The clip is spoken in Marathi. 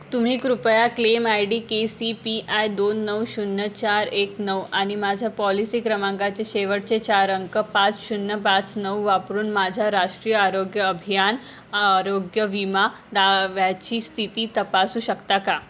तुम्ही कृपया claim I D K C P I दोन नऊ शून्य चार एक नऊ आणि माझ्या पॉलिसी क्रमांकाचे शेवटचे चार अंक पाच शून्य पाच नऊ वापरून माझ्या राष्ट्रीय आरोग्य अभियान आरोग्य विमा दाव्याची स्थिती तपासू शकता का